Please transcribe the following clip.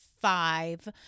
five